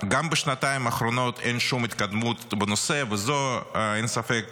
גם בשנתיים האחרונות אין שום התקדמות בנושא ואין ספק